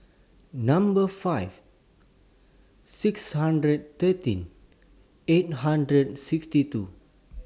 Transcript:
Number five six hundred thirteen eight hundred sixty two